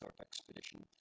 expedition